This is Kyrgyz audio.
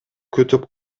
күтүп